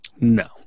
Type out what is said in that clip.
No